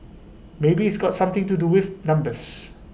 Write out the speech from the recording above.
maybe it's got something to do with numbers